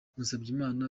musabyimana